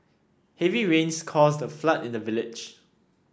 heavy rains caused a flood in the village